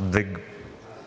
да